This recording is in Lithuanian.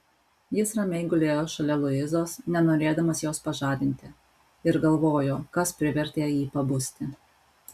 jis ramiai gulėjo šalia luizos nenorėdamas jos pažadinti ir galvojo kas privertė jį pabusti